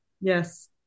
Yes